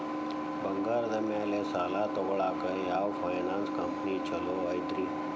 ಬಂಗಾರದ ಮ್ಯಾಲೆ ಸಾಲ ತಗೊಳಾಕ ಯಾವ್ ಫೈನಾನ್ಸ್ ಕಂಪನಿ ಛೊಲೊ ಐತ್ರಿ?